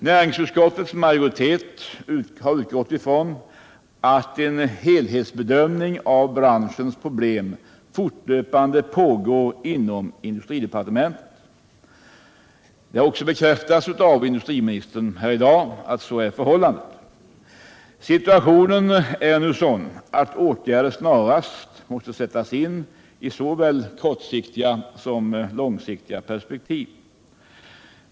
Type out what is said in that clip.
Näringsutskottets majoritet har utgått ifrån att en helhetsbedömning av branschens problem fortfarande pågår inom industridepartementet. Industriministern har också bekräftat här i dag att så är fallet. Situationen är nu sådan att åtgärder snarast måste sättas in i såväl kortsiktiga som långsiktiga perspektiv.